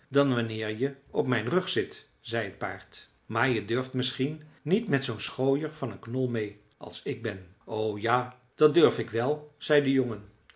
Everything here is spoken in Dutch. dan wanneer je op mijn rug zit zei het paard maar je durft misschien niet met zoo'n schooier van een knol meê als ik ben o ja dat durf ik wel zei de jongen